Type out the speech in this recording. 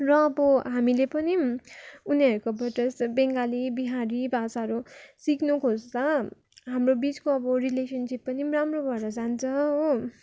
र अब हामीले पनि उनीहरूकोबाट बङ्गाली बिहारी भाषाहरू सिक्नु खोज्छ हाम्रो बिचको अब रिलेसनसिप पनि राम्रो भएर जान्छ हो